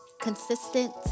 consistent